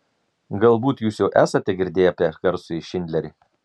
galbūt jūs jau esate girdėję apie garsųjį šindlerį